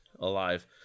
alive